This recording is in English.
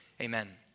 amen